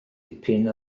tipyn